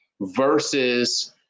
versus